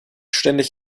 ständig